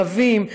ערבים,